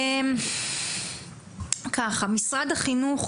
משרד החינוך,